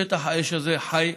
שטח האש הזה חי,